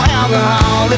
alcohol